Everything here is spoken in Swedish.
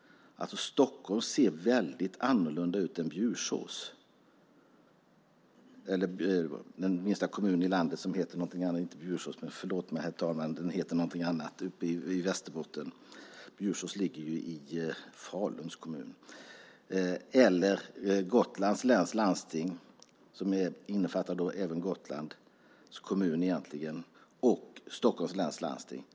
Stockholm ser annorlunda ut än Bjurholm. Sedan finns Gotlands läns landsting, som innefattar även Gotlands kommun, och Stockholms läns landsting.